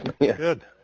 good